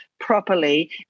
properly